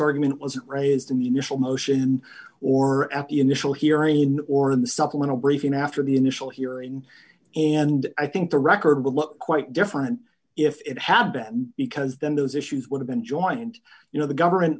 argument wasn't raised in the initial motion or at the initial hearing or in the supplemental briefing after the initial hearing and i think the record will look quite different if it had been because then those issues would have been joined you know the government